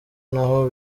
naho